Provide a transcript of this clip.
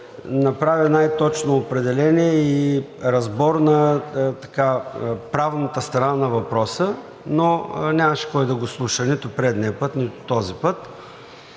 направи най-точно определение и разбор на правната страна на въпроса, но нямаше кой да го слуша нито предния път, нито този път.